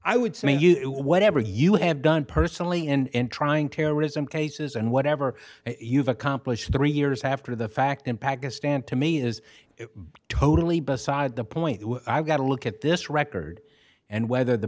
i would say you do whatever you have done personally and trying terrorism cases and whatever you've accomplished three years after the fact in pakistan to me is it totally beside the point i've got to look at this record and whether the